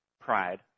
pride